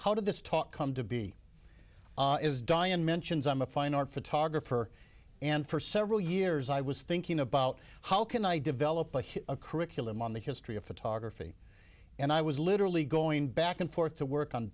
how did this talk come to be as diane mentions i'm a fine art photographer and for several years i was thinking about how can i develop a curriculum on the history of photography and i was literally going back and forth to work on